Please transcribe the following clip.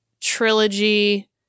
trilogy